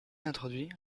introduit